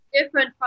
Different